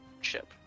ship